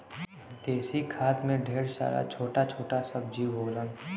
देसी खाद में ढेर सारा छोटा छोटा सब जीव होलन